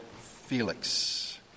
Felix